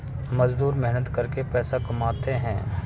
मजदूर मेहनत करके पैसा कमाते है